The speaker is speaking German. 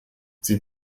sie